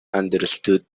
understood